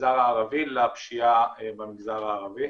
במגזר הערבי לפשיעה במגזר הערבי.